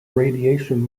radiation